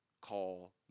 call